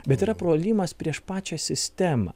bet yra prolimas prieš pačią sistemą